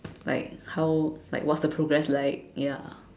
like how like what's the progress like ya